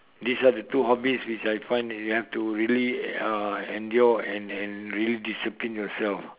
these are the two hobbies which I find you have to really uh endure and and really discipline yourself